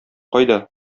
кайда